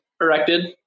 erected